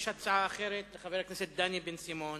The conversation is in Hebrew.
יש הצעה אחרת לחבר הכנסת דני בן-סימון,